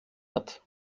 hat